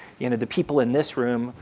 you know the people in this room,